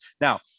Now